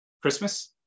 Christmas